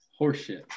Horseshit